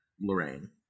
Lorraine